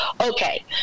Okay